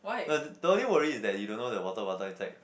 no the the only worry is that you don't know the water bottle inside